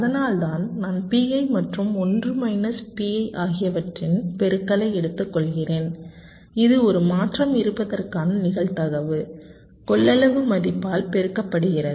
அதனால்தான் நான் Pi மற்றும் 1 மைனஸ் Pi ஆகியவற்றின் பெருக்களை எடுத்துக்கொள்கிறேன் இது ஒரு மாற்றம் இருப்பதற்கான நிகழ்தகவு கொள்ளளவு மதிப்பால் பெருக்கப்படுகிறது